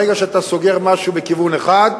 ברגע שאתה סוגר משהו בכיוון אחד,